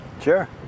Sure